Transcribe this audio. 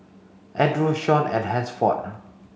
Andrew Shon and Hansford